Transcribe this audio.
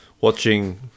watching